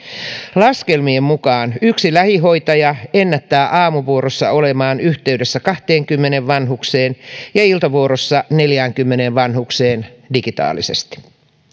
laskelmien mukaan yksi lähihoitaja ennättää aamuvuorossa olemaan yhteydessä kahteenkymmeneen vanhukseen ja iltavuorossa neljäänkymmeneen vanhukseen digitaalisesti